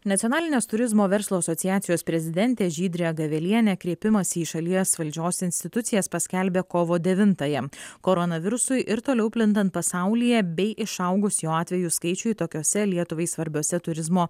nacionalinės turizmo verslo asociacijos prezidentė žydrė gavelienė kreipimąsi į šalies valdžios institucijas paskelbė kovo devintąją koronavirusui ir toliau plintant pasaulyje bei išaugus jo atvejų skaičiui tokiose lietuvai svarbiose turizmo